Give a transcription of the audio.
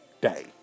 day